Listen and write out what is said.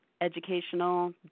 educational